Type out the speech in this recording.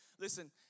listen